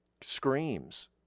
screams